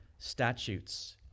statutes